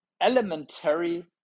elementary